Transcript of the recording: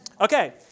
Okay